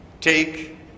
Take